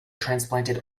transplanted